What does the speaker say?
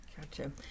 gotcha